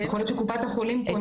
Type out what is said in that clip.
יכול להיות שקופת החולים פונה